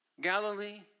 Galilee